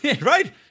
right